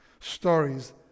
Stories